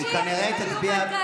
מה אכפת לי אם זה גבר או אישה.